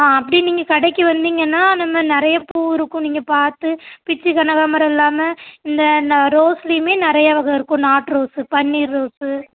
ஆ அப்படி நீங்கள் கடைக்கு வந்தீங்கன்னால் நம்ம நிறைய பூ இருக்கும் நீங்கள் பார்த்து பிச்சி கனகாமரம் இல்லாமல் இந்த ரோஸ்லேயுமே நிறைய வகை இருக்கும் நாட்டு ரோஸ்ஸு பன்னீர் ரோஸ்ஸு